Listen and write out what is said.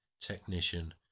technician